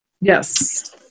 Yes